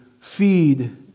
feed